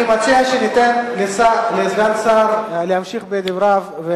אני מציע שניתן לסגן השר להמשיך בדבריו,